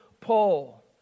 Paul